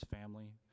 family